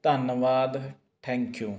ਧੰਨਵਾਦ thank you